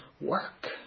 work